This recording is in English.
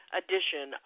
edition